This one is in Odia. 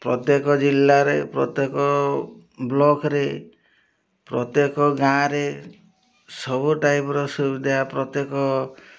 ପ୍ରତ୍ୟେକ ଜିଲ୍ଲାରେ ପ୍ରତ୍ୟେକ ବ୍ଲକରେ ପ୍ରତ୍ୟେକ ଗାଁରେ ସବୁ ଟାଇପ୍ର ସୁବିଧା ପ୍ରତ୍ୟେକ